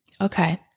Okay